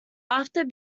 after